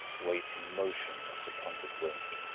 waiting motionless upon the brink,